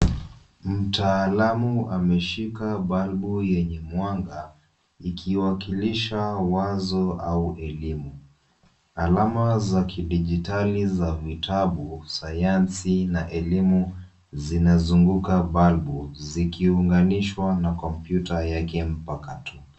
Mtaalamu ameshika balbu yenye mwanga ikiwakilisha wazo au elimu. Alama za kidijitali za vitabu, sayansi na elimu zinazunguka balbu zikiunganishwa na kompyuta yake mpakato.